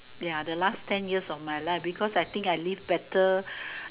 yeah the last ten years of my life because I think I live better